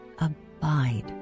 abide